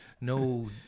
no